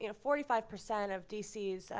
you know forty five percent of d c.